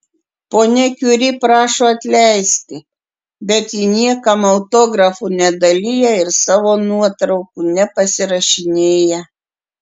ponia kiuri prašo atleisti bet ji niekam autografų nedalija ir savo nuotraukų nepasirašinėja